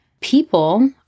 People